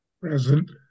Present